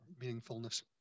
meaningfulness